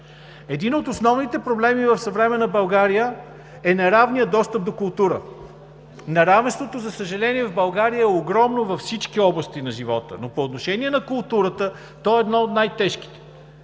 Един от основните проблеми в съвременна България е неравният достъп до култура. Неравенството, за съжаление, в България е огромно във всички области на живота, но по отношение на културата то е едно от най-тежките.